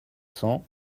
cents